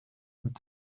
end